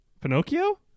Pinocchio